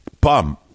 bum